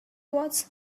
was